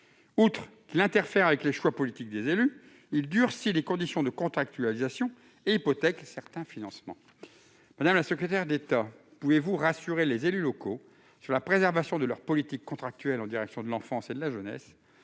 Outre qu'il interfère avec les choix politiques des élus, il durcit les conditions de contractualisation et hypothèque certains financements. Madame la secrétaire d'État, pouvez-vous rassurer les élus locaux sur la préservation de leurs politiques contractuelles en direction de l'enfance et de la jeunesse ?